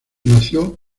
nació